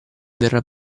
verrà